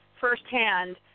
firsthand